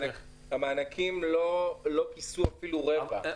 המענקים לא כיסו אפילו רבע.